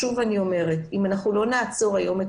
שוב אני אומרת: אם לא נעצור היום את